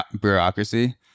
bureaucracy